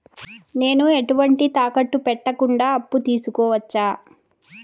నేను ఎటువంటి తాకట్టు పెట్టకుండా అప్పు తీసుకోవచ్చా?